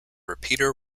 repeater